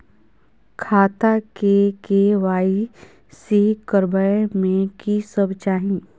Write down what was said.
खाता के के.वाई.सी करबै में की सब चाही?